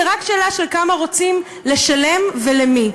זו רק שאלה של כמה רוצים לשלם ולמי.